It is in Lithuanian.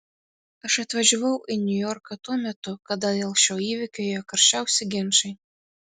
aš atvažiavau į niujorką tuo metu kada dėl šio įvykio ėjo karščiausi ginčai